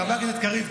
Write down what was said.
חבר הכנסת קריב,